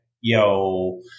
Yo